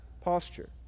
posture